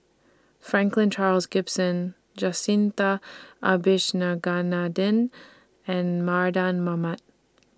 Franklin Charles Gimson Jacintha Abisheganaden and Mardan Mamat